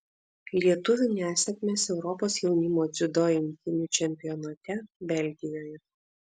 lietuvių nesėkmės europos jaunimo dziudo imtynių čempionate belgijoje